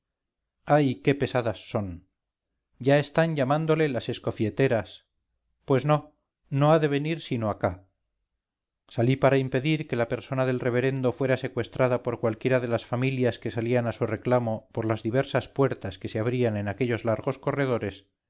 ay qué pesadas son ya están llamándole las escofieteras pues no no ha de venir sino acá salí para impedir que la persona del reverendo fuera secuestrada por cualquiera de las familias que salían a su reclamo por las diversas puertas que se abrían en aquellos largos corredores